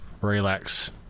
relax